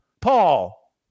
Paul